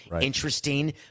interesting